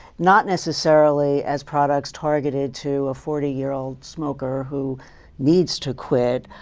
not necessarily as products targeted to a forty year old smoker who needs to quit,